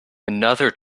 another